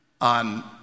on